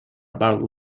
about